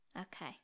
Okay